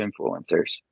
influencers